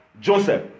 Joseph